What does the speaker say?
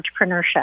entrepreneurship